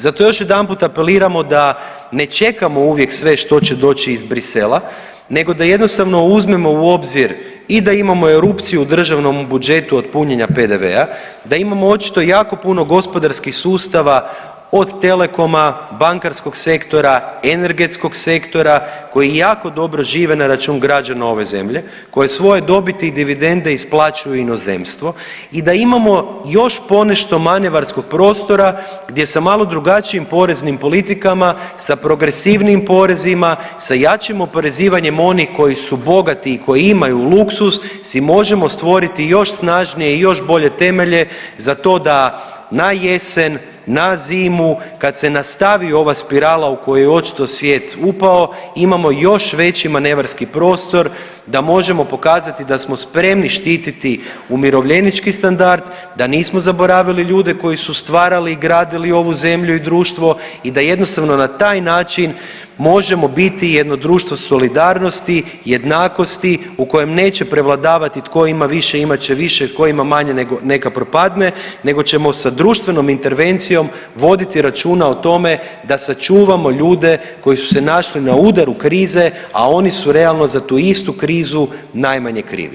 Zato još jedanput apeliramo da ne čekamo uvijek sve što će doći iz Bruxellesa, nego da jednostavno uzmemo u obzir i da imamo erupciju u državnom budžetu od punjenja PDV-a, da imamo očito jako puno gospodarskih sustava od telekoma, bankarskog sektora, energetskog sektora koji jako dobro žive na račun građana ove zemlje, koji svoje dobiti i dividende isplaćuju u inozemstvo i da imamo još ponešto manevarskog prostora gdje sa malo drugačijim poreznim politikama, sa progresvnijim porezima, sa jačim oporezivanjem onih koji su bogati i koji imaju luksuz si možemo stvoriti još snažnije i još bolje temelje za to da na jesen, na zimu kad se nastavi ova spirala u koju je očito svijet upao imamo još veći manevarski prostor da možemo pokazati da smo spremni štiti umirovljenički standard, da nismo zaboravili ljude koji su stvarali i gradili ovu zemlju i društvo i da jednostavno na taj način možemo biti jedno društvo solidarnosti, jednakosti u kojem neće prevladavati tko ima više imat će više, tko ima manje neka propadne nego ćemo sa društvenom intervencijom voditi računa o tome da sačuvamo ljude koji su se našli na udaru krize, a oni su realno za tu istu krizu najmanje krivi.